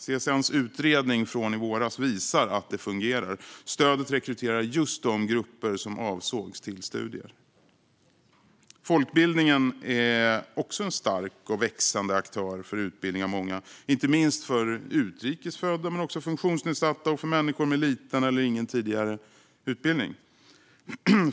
CSN:s utredning från i våras visar att det fungerar; stödet rekryterar just de grupper som avsågs till studier. Folkbildningen är också en stark och växande aktör för utbildning av många, inte minst av utrikes födda men också av funktionsnedsatta och människor med liten eller ingen tidigare utbildning.